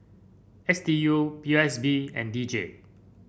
S D U P O S B and D J